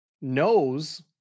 knows